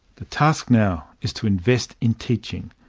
the task now is to invest in teaching,